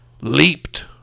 leaped